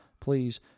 please